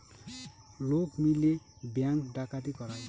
লোক মিলে ব্যাঙ্ক ডাকাতি করায়